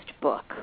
book